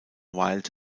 wild